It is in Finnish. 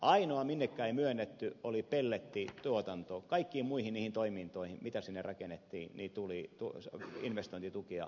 ainoa minnekä ei myönnetty oli pellettituotanto kaikkiin muihin niihin toimintoihin mitä sinne rakennettiin investointitukea myönnettiin